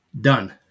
done